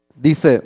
Dice